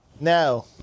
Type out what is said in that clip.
Now